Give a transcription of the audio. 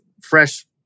fresh